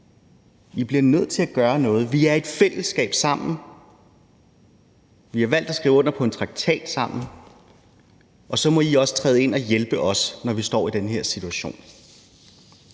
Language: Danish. I bliver nødt til at gøre noget. Vi er et fællesskab sammen. Vi har valgt at skrive under på en traktat sammen. Så må I også træde ind og hjælpe os, når vi står i den her situation.